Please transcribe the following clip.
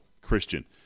christian